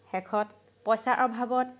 শেষত পইচাৰ অভাৱত